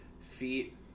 feet